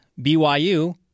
BYU